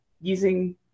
using